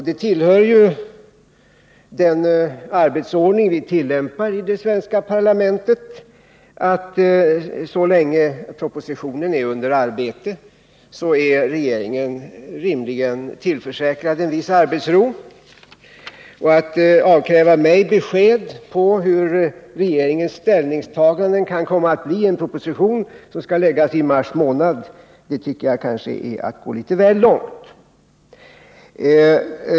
Det tillhör ju den arbetsordning som tillämpas i det svenska parlamentet, att så länge propositionen i en viss fråga är under arbete är regeringen tillförsäkrad en viss arbetsro. Att nu avkräva mig besked om hur regeringens ställningstaganden kan komma att bli i en proposition som skall läggas fram för riksdagen i mars månad tycker jag är att gå litet väl långt.